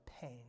pain